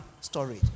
storage